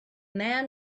man